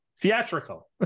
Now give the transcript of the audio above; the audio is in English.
theatrical